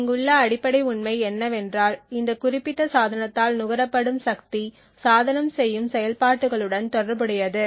இங்குள்ள அடிப்படை உண்மை என்னவென்றால் இந்த குறிப்பிட்ட சாதனத்தால் நுகரப்படும் சக்தி சாதனம் செய்யும் செயல்பாடுகளுடன் தொடர்புடையது